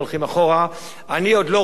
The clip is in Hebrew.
אני עוד לא רואה איך המספרים האלה נסגרים.